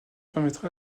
permettra